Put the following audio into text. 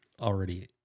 already